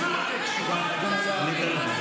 אני אתן לך,